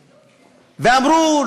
אמרו,